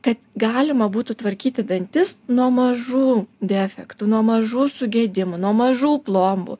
kad galima būtų tvarkyti dantis nuo mažų defektų nuo mažų sugedimų nuo mažų plombų